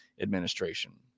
Administration